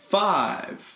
five